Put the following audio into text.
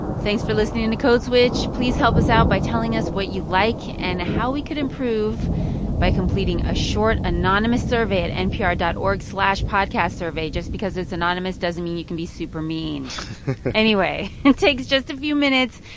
thanks for listening to code switch. please help us out by telling us what you like and how we could improve by completing a short, anonymous survey at npr dot org slash podcastsurvey. just because it's anonymous doesn't mean you can be super mean anyway, it takes just a few minutes.